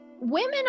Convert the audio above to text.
women